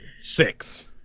Six